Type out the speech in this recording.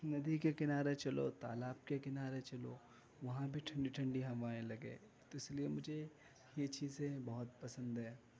ندی کے کنارے چلو تالاب کے کنارے چلو وہاں بھی ٹھنڈی ٹھنڈی ہوائیں لگے تو اِس لیے مجھے یہ چیزیں بہت پسند ہے